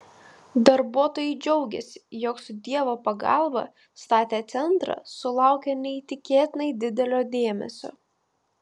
darbuotojai džiaugėsi jog su dievo pagalba statę centrą sulaukia neįtikėtinai didelio dėmesio